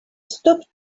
stop